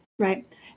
Right